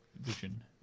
vision